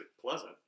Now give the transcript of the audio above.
pleasant